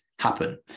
happen